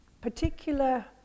particular